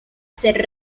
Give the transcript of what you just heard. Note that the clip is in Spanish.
ser